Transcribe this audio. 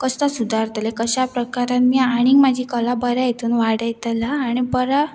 कसता सुदारतलें कश्या प्रकारानी आनीक म्हाजी कला बऱ्या हितून वाडयतला आनी बऱ्या